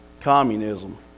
communism